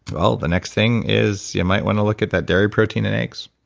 well, the next thing is you might want to look at that dairy protein and eggs